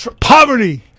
Poverty